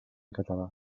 català